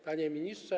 Panie Ministrze!